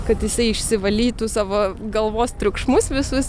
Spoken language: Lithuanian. kad jisai išsivalytų savo galvos triukšmus visus